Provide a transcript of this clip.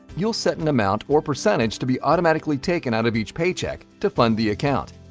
you'll set an amount or percentage to be automatically taken out of each paycheck to fund the account.